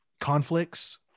conflicts